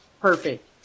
Perfect